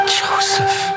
joseph